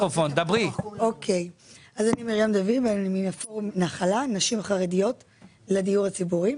אני מפורום נחלה, נשים חרדיות לדיור הציבורי.